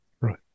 Right